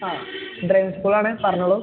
ആ ഡ്രൈവിങ് സ്കൂളാണ് പറഞ്ഞോളു